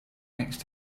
next